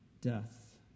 death